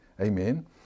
Amen